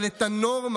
אבל את הנורמה,